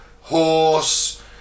horse